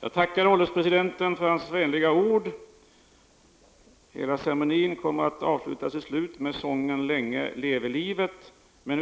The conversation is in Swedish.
Jag tackar ålderspresidenten för hans vänliga ord. Jag